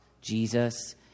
Jesus